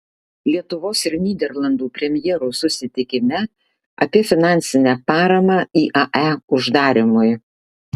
lietuvos ir nyderlandų premjerų susitikime apie finansinę paramą iae uždarymui